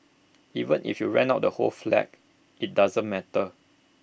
even if you rent out the whole flat IT doesn't matter